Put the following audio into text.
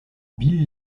bill